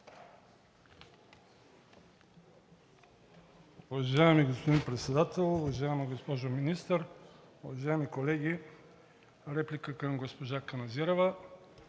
Уважаеми господин Председател, уважаема госпожо Министър, уважаеми колеги! Реплика към госпожа Каназирева